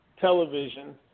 television